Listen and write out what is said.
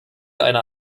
einer